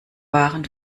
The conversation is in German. waren